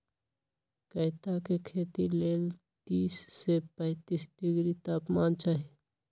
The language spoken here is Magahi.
कैता के खेती लेल तीस से पैतिस डिग्री तापमान चाहि